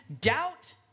doubt